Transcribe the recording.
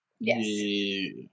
Yes